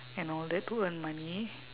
and all that to earn money